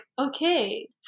okay